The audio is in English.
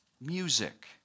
music